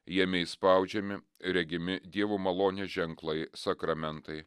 jame įspaudžiami regimi dievo malonės ženklai sakramentai